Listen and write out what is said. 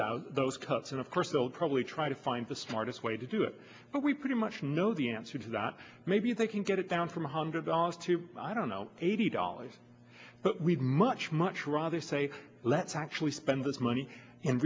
that those cuts and of course they'll probably try to find the smartest way to do it but we pretty much know the answer to that maybe if they can get it down from one hundred dollars to i don't know eighty dollars but we'd much much rather say let's actually spend this money in